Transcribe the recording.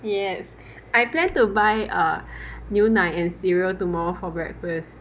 yes I plan to buy err 牛奶 and cereal tomorrow for breakfast